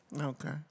Okay